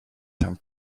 some